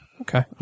Okay